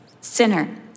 sinner